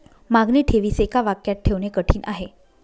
मागणी ठेवीस एका वाक्यात ठेवणे कठीण आहे